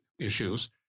issues